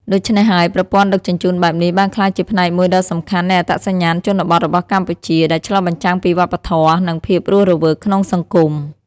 ដូច្នេះហើយ ប្រព័ន្ធដឹកជញ្ជូនបែបនេះបានក្លាយជាផ្នែកមួយដ៏សំខាន់នៃអត្តសញ្ញាណជនបទរបស់កម្ពុជា ដែលឆ្លុះបញ្ចាំងពីវប្បធម៌ និងភាពរស់រវើកក្នុងសង្គម។